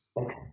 okay